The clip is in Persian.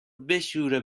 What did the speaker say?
بشوره